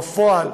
בפועל,